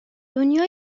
دنیا